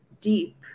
deep